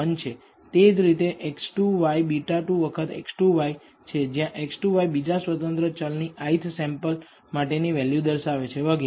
તે જ રીતે x2 y β2 વખત x2 y છે જ્યાં x2 y બીજા સ્વતંત્ર ચલની ith સેમ્પલ માટેની વેલ્યુ દર્શાવે છે વગેરે